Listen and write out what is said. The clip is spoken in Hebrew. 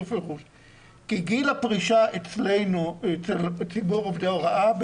גיל הפרישה אצל ציבור עובדי ההוראה,